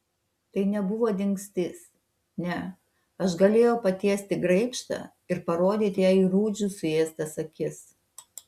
tai nebuvo dingstis ne aš galėjau patiesti graibštą ir parodyti jai rūdžių suėstas akis